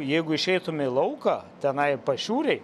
jeigu išeitume į lauką tenai pašiūrėj